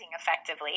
effectively